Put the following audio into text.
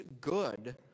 good